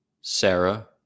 Sarah